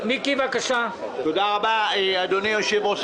תודה רבה, אדוני היושב-ראש.